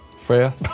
Freya